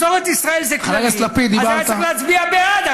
מסורת ישראל זה כללי, אז היה צריך להצביע בעד.